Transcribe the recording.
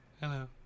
Hello